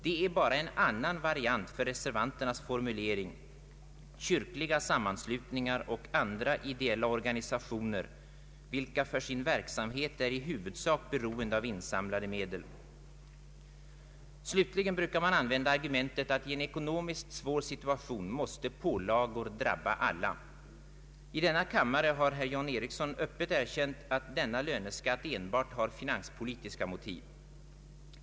Det är bara en annan variant för reservanternas formulering ”kyrkliga sammanslutningar och andra ideella organisationer, vilka för sin verksamhet i huvudsak är beroende av insamlade medel”. Slutligen brukar man använda argumentet att i en ekonomiskt svår situation måste pålagor drabba alla. I denna kammare har herr John Ericsson öppet erkänt att denna löneskatt enbart har finanspolitiska motiv.